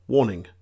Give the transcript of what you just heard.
Warning